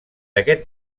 aquest